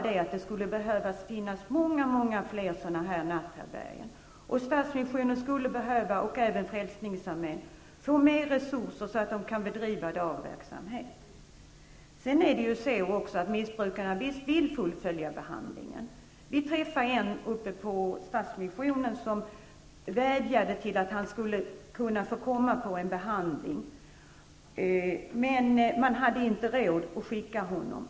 Det skulle bara behövas många fler sådana här natthärbärgen. Stadsmissionen och Frälsningsarmén skulle behöva mer resurser för att kunna bedriva dagverksamhet. Visst vill missbrukarna fullfölja behandlingen. Vi träffade en missbrukare på Stadsmissionen som vädjade om att få åka på behandling. Man hade emellertid inte råd att skicka honom.